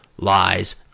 lies